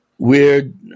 Weird